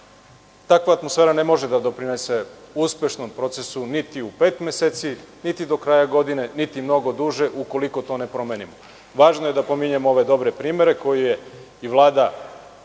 takva atmosfera ne može da doprinese uspešnom procesu, niti u pet meseci, niti do kraja godine, niti mnogo duže, ukoliko to ne promenimo. Važno je da pominjemo ove dobre primere koje je i Vlada